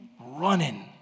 running